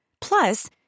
Plus